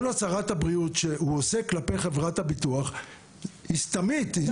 כל הצהרת הבריאות שהוא עושה כלפי חברת הביטוח היא סתמית,